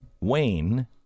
Wayne